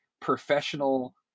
professional